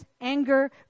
anger